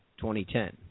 2010